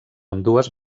ambdues